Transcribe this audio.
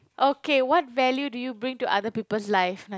okay what value do you bring to other people's life na~